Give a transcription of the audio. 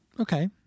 Okay